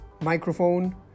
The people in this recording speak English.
microphone